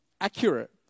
accurate